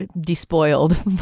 despoiled